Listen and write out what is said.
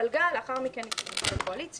התפלגה ואחר כך הצטרפה לקואליציה.